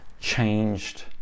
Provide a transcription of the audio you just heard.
changed